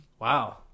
Wow